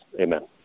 Amen